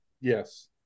yes